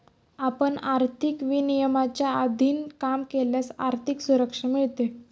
आपण आर्थिक विनियमांच्या अधीन काम केल्यास आर्थिक सुरक्षा मिळते